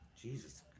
Jesus